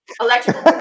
electrical